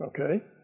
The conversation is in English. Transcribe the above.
Okay